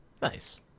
nice